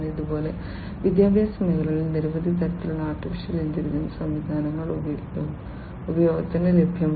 ഇതുപോലെ വിദ്യാഭ്യാസ മേഖലയിൽ നിരവധി തരത്തിലുള്ള AI അടിസ്ഥാനമാക്കിയുള്ള സംവിധാനങ്ങൾ ഉപയോഗത്തിന് ലഭ്യമാണ്